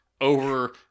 over